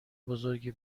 بزرگی